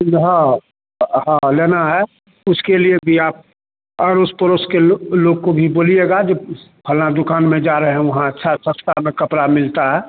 फ़िर हाँ हाँ लेना है उसके लिए भी आप अड़ोस पड़ोस के लोग को भी बोलिएगा जो फलां दुकान में जा रहें वहाँ अच्छा सस्ता में कपड़ा मिलता है